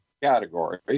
category